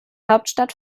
hauptstadt